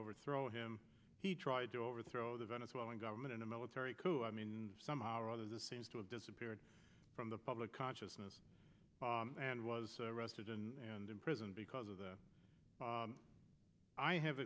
overthrow him he tried to overthrow the venezuelan government in a military coup i mean somehow or other this seems to have disappeared from the public consciousness and was arrested and imprisoned because of the i have